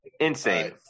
Insane